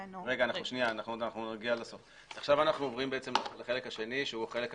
עכשיו אנחנו עוברים לחלק השני שהוא חלק הטפסים.